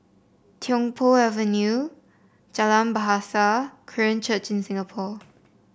Tiong Poh Avenue Jalan Bahasa Korean Church in Singapore